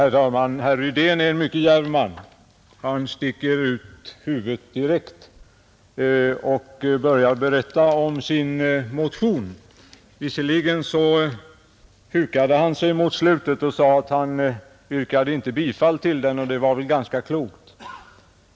Herr talman! Herr Rydén är en mycket djärv man, Han sticker ut huvudet direkt och börjar berätta om sin motion. Visserligen hukade han sig mot slutet och sade att han inte yrkade bifall till motionen, och det var väl ganska klokt.